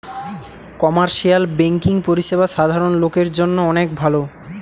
commercial banking পরিষেবা সাধারণ লোকের জন্য অনেক ভালো